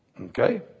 Okay